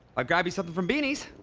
i'll grab you something from beanie's!